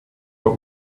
what